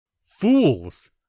Fools